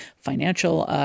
financial